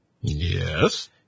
Yes